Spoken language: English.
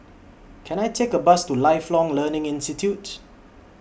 Can I Take A Bus to Lifelong Learning Institute